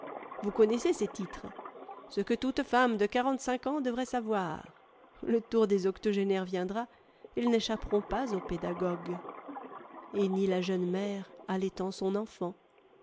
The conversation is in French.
vous connaissez ces titres ce que toute femme de quarante-cinq ans devrait savoir le tour des octogénaires viendra ils n'échapperont pas au pédagogue et ni la jeune mère allaitant son enfant